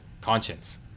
conscience